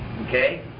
okay